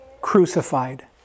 crucified